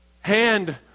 Hand